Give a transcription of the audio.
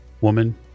woman